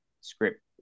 script